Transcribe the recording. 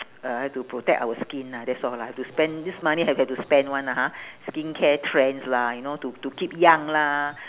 uh have to protect our skin lah that's all lah have to spend this money have have to spend [one] lah ha skincare trends lah you know to to keep young lah